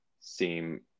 seem